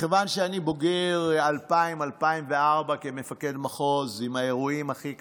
מכיוון שאני בוגר השנים 2000 2004 כמפקד מחוז עם האירועים הכי קשים.